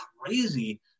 crazy